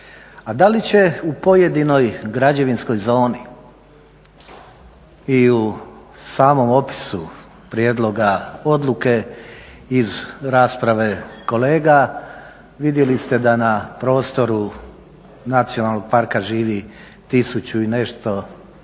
A da li će u pojedinoj građevinskoj zoni i u samom opisu prijedloga odluke iz rasprave kolega vidjeli ste da na prostoru nacionalnog parka živi 1000 i nešto ljudi,